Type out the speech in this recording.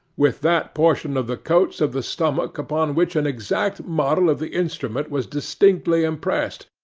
with that portion of the coats of the stomach upon which an exact model of the instrument was distinctly impressed,